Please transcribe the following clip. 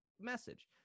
message